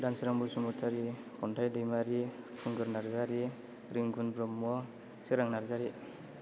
दानसोरां बसुमातारि खन्थाय दैमारि खुंगुर नार्जारि रिंगुन ब्रह्म सोरां नार्जारि